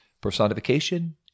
personification